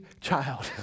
child